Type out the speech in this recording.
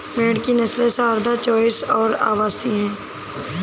भेड़ की नस्लें सारदा, चोइस और अवासी हैं